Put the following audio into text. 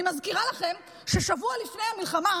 אני מזכירה לכם ששבוע לפני המלחמה